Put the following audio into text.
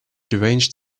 deranged